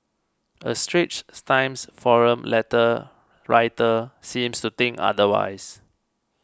a Straits Times forum letter writer seems to think otherwise